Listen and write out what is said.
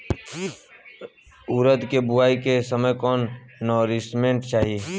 उरद के बुआई के समय कौन नौरिश्मेंट चाही?